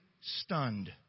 stunned